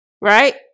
right